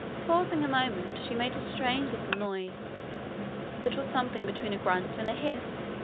pausing a moment, she made a strange little noise that was something between a grunt and a hiss